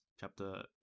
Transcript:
chapter